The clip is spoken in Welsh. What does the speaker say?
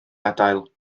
adael